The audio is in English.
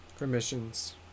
Permissions